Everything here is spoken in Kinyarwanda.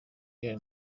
real